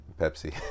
Pepsi